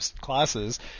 classes